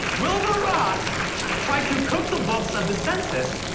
wilbur ross tried to cook the books of the census,